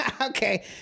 Okay